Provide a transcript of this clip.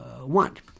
want